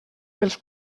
els